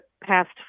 past